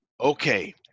Okay